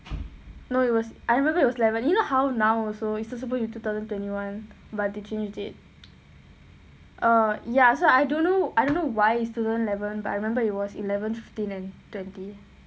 no it was I remember it was eleven you know how now also it's supposed to be two thousand twenty one but they change the date uh ya so I don't know I don't know why is two thousand eleven but I remember it was eleven fifteen and twenty